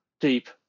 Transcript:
deep